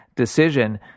decision